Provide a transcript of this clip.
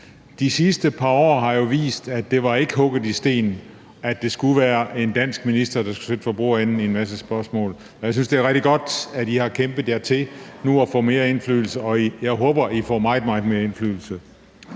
De sidste par år har jo vist, at det ikke var hugget i sten, at det skulle være en dansk minister, der skulle sidde for bordenden i en masse spørgsmål, og jeg synes, det er rigtig godt, at Grønland har kæmpet sig til nu at få mere indflydelse. Jeg håber, at I får meget, meget mere indflydelse.